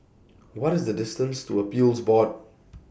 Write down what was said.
What IS The distance to Appeals Board